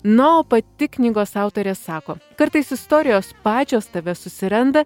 na o pati knygos autorė sako kartais istorijos pačios tave susiranda